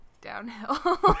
downhill